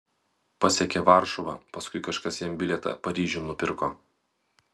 pasiekė varšuvą paskui kažkas jam bilietą paryžiun nupirko